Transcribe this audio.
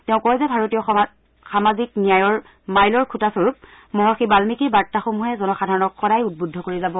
তেওঁ কয় যে ভাৰতীয় সামাজিক ন্যায়াৰ মাইলৰ খুটা স্বৰূপ মহৰ্ষি বাশ্মীকিৰ বাৰ্তা সমূহে জনসাধাৰণক সদাই উদ্বুদ্ধ কৰি যাব